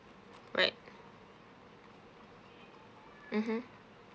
right mmhmm